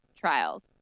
trials